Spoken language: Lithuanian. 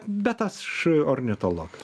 bet aš ornitologas